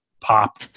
pop